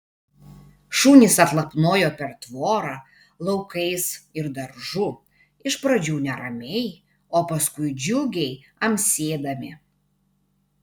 šunys atlapnojo per tvorą laukais ir daržu iš pradžių neramiai o paskui džiugiai amsėdami